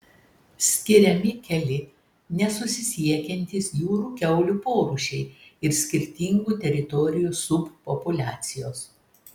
skiriami keli nesusisiekiantys jūrų kiaulių porūšiai ir skirtingų teritorijų subpopuliacijos